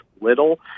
Little